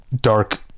dark